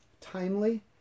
timely